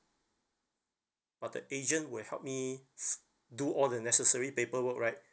but the agent will help me do all the necessary paperwork right